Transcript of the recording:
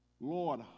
Lord